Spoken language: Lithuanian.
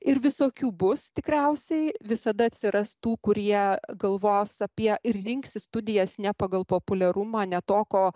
ir visokių bus tikriausiai visada atsiras tų kurie galvos apie ir rinksis studijas ne pagal populiarumą ne to ko